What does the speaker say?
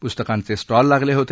प्रस्तकांचे stall लागले होते